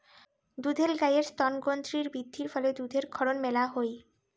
দুধেল গাইের স্তনগ্রন্থিত বৃদ্ধির ফলে দুধের ক্ষরণ মেলা হই